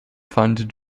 fund